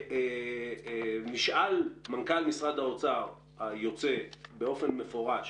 נשאל מנכ"ל משרד האוצר היוצא באופן מפורש,